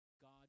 God